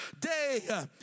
day